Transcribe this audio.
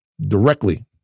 Directly